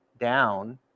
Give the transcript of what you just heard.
down